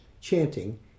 chanting